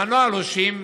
הנוהל הוא שאם